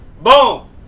Boom